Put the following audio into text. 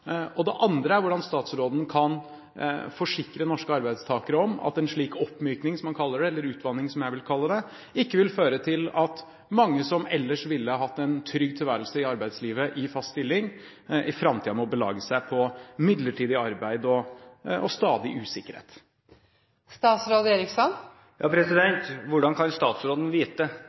Og det andre er: Hvordan kan statsråden forsikre norske arbeidstakere om at en slik oppmyking, som han kaller det – eller utvanning, som jeg vil kalle det – ikke vil føre til at mange som ellers ville hatt en trygg tilværelse i arbeidslivet i fast stilling, i framtiden må belage seg på midlertidig arbeid og stadig usikkerhet? Hvordan kan statsråden vite?